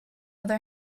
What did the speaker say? other